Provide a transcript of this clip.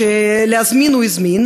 שלהזמין הוא הזמין,